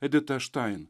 edita štain